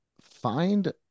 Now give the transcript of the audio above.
find